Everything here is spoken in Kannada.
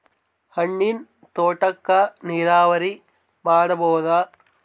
ಹಣ್ಣಿನ್ ತೋಟಕ್ಕ ನೀರಾವರಿ ಮಾಡಬೋದ?